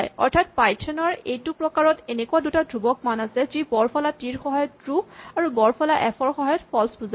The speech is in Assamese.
অৰ্থাৎ পাইথন ৰ এইটো প্ৰকাৰত এনেকুৱা দুটা ধ্ৰুৱক মান আছে যি বৰফলা টি ৰ সহায়ত ট্ৰো আৰু বৰফলা এফ ৰ সহায়ত ফল্ছ বুজায়